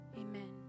Amen